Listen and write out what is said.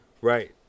Right